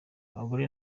abagore